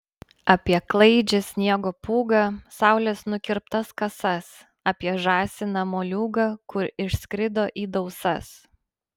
apie klaidžią sniego pūgą saulės nukirptas kasas apie žąsiną moliūgą kur išskrido į dausas